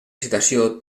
citació